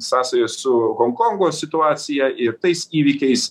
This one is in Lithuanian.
sąsaja su honkongo situacija ir tais įvykiais